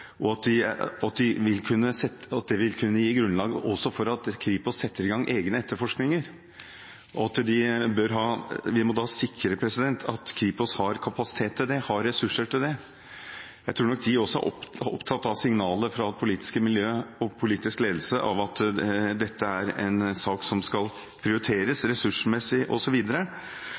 vil kunne gi grunnlag for at Kripos setter i gang egne etterforskninger. Vi må sikre at Kripos har kapasitet og ressurser til det. Jeg tror nok at også de er opptatt av signaler fra det politiske miljøet og politisk ledelse om at dette er en sak som skal prioriteres ressursmessig,